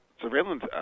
surveillance